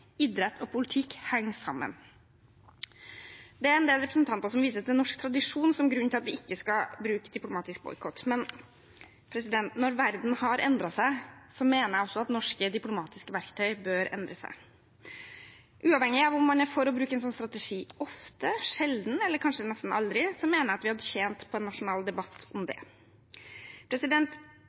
Idrett og politikk henger sammen. Det er en del representanter som viser til norsk tradisjon som grunn til at vi ikke skal bruke diplomatisk boikott. Men når verden har endret seg, mener jeg også at norske diplomatiske verktøy bør endre seg. Uavhengig av om man er for å bruke en sånn strategi ofte, sjelden eller kanskje nesten aldri, mener jeg vi hadde tjent på en nasjonal debatt om det.